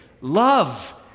love